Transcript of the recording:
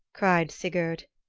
cried sigurd,